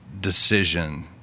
decision